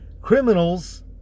criminals